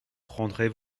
prendrez